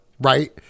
right